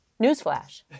Newsflash